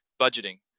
Budgeting